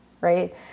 right